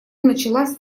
началась